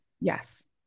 Yes